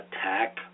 attack